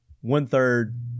one-third